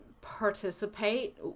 participate